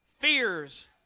fears